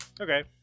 Okay